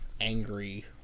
angry